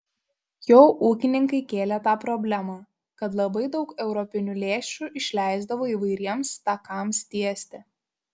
jau ūkininkai kėlė tą problemą kad labai daug europinių lėšų išleisdavo įvairiems takams tiesti